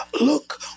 look